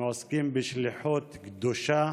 הם עוסקים בשליחות קדושה,